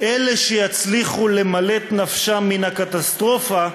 "אלה שיצליחו למלט נפשם מן הקטסטרופה,